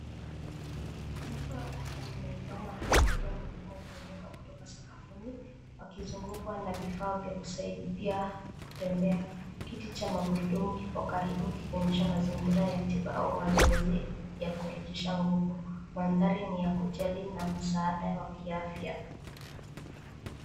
Mtu ameinama akimsaidia mwingine kuinuka kutoka sakafuni, wakizungukwa na vifaa vya kusaidia kutembea. Kiti cha magurudumu kipo karibu kikionyesha mazingira ya tiba au mazoezi ya kurejesha nguvu. Mandhari ni ya kujali na msaada wa kiafya.